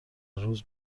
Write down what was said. روز